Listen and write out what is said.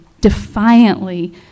defiantly